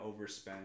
overspend